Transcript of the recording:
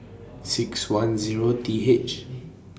six one Zero T H